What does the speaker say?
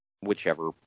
whichever